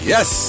Yes